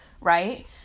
right